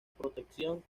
protección